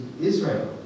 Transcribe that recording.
Israel